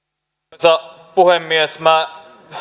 arvoisa puhemies minä